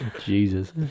Jesus